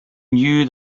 knew